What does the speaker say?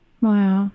Wow